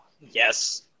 Yes